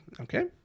Okay